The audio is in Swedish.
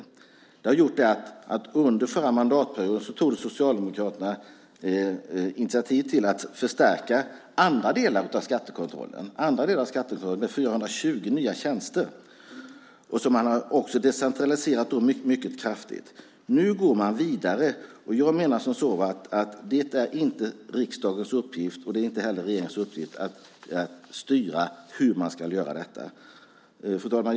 Detta har gjort att Socialdemokraterna, under förra mandatperioden, tog initiativ till att förstärka andra delar av skattekontrollen med 420 nya tjänster som man också har decentraliserat mycket kraftigt. Nu går man vidare, och jag menar att det inte är riksdagens uppgift och inte heller regeringens uppgift att styra hur man ska göra detta. Fru talman!